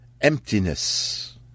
emptiness